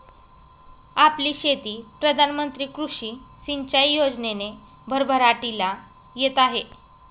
आपली शेती प्रधान मंत्री कृषी सिंचाई योजनेने भरभराटीला येत आहे